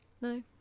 No